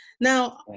now